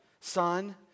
son